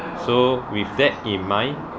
so with that in mind